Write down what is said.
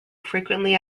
frequently